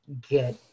get